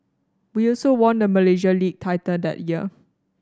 we also won the Malaysia League title that year